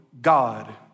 God